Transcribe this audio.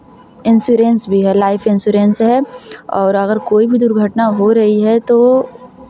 insurance भी है life insurance है और अगर कोई भी दुर्घटना हो रही है तो